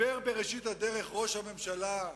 דיברו בראשית הדרך ראש הממשלה,